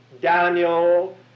Daniel